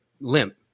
limp